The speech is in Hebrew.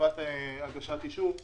מחובת הגשת אישור.